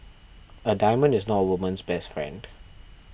a diamond is not a woman's best friend